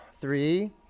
three